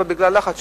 אבל בגלל לחץ,